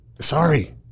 Sorry